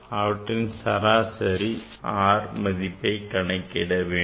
அவற்றின் சராசரி Rஐ கணக்கிட வேண்டும்